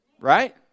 Right